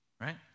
right